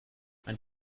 mein